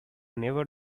never